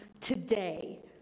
today